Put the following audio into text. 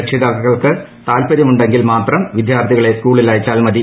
രക്ഷിതാക്കൾക്ക് താൽപര്യമുണ്ടെങ്കിൽ മാത്രം വിദ്യാർത്ഥികളെ സ്കൂളിൽ അയച്ചാൽ മതി